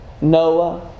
Noah